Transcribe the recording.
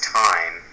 time